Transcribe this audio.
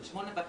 09:40.